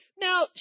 now